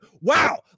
Wow